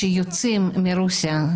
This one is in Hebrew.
שיוצאים מרוסיה.